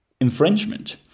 infringement